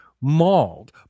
mauled